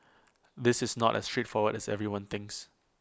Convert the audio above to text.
this is not as straightforward as everyone thinks